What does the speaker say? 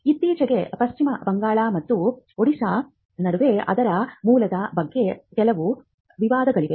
ಇತ್ತೀಚೆಗೆ ಪಶ್ಚಿಮ ಬಂಗಾಳ ಮತ್ತು ಒಡಿಶಾ ನಡುವೆ ಅದರ ಮೂಲದ ಬಗ್ಗೆ ಕೆಲವು ವಿವಾದಗಳಿವೆ